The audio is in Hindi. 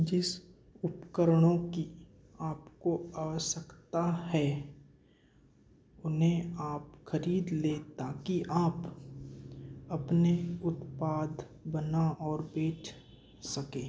जिस उपकरणों की आपको आवश्यकता है उन्हें आप खरीद लें ताकि आप अपने उत्पाद बना और बेच सकें